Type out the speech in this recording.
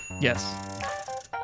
Yes